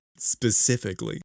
specifically